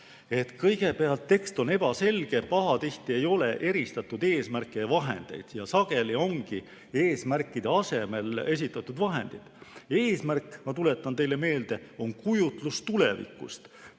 Kõigepealt, tekst on ebaselge, pahatihti ei ole eristatud eesmärke ja vahendeid, sageli ongi eesmärkide asemel esitatud vahendid. Eesmärk, ma tuletan teile meelde, on kujutlus tulevikust,